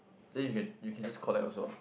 then you can you can just collect also